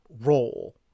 role